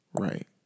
Right